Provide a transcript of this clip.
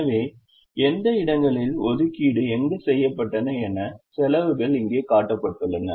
எனவே எந்த இடங்களில் ஒதுக்கீடு எங்கு செய்யப்பட்டன என செலவுகள் இங்கே காட்டப்பட்டுள்ளன